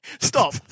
Stop